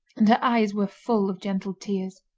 and her eyes were full of gentle tears.